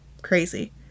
crazy